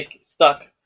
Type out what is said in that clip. stuck